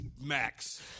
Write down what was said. Max